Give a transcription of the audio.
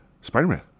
Spider-Man